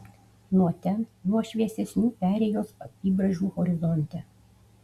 nuo ten nuo šviesesnių perėjos apybraižų horizonte